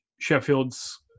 Sheffield's